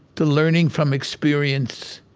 to learning from experience.